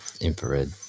infrared –